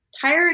tired